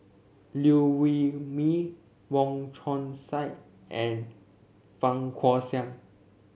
Liew Wee Mee Wong Chong Sai and Fang Guixiang